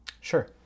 Sure